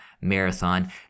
marathon